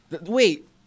Wait